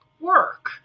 work